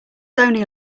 only